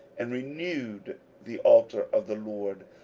and renewed the altar of the lord,